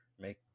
make